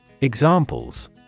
Examples